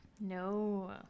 No